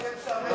יהיה משעמם.